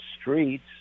streets